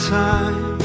time